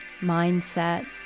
mindset